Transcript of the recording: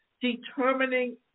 determining